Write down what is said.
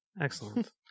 Excellent